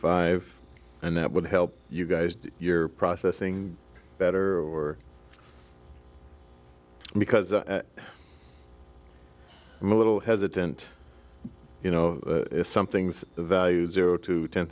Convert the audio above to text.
five and that would help you guys you're processing better or because i'm a little hesitant you know some things valued zero to ten